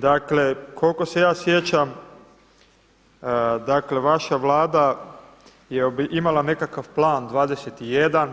Dakle, koliko se ja sjećam, dakle vaša Vlada je imala nekakav Plan 21